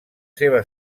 seva